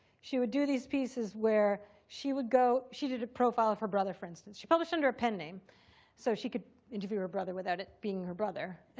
she would do these pieces where she would go she did a profile of her brother, for instance. she published under a pen name so she could interview her brother without it being her brother.